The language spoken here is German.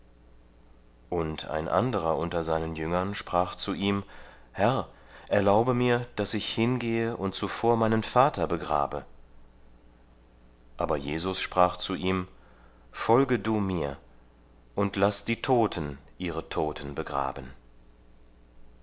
und ein anderer unter seinen jüngern sprach zu ihm herr erlaube mir daß hingehe und zuvor meinen vater begrabe aber jesus sprach zu ihm folge du mir und laß die toten ihre toten begraben